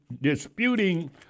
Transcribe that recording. disputing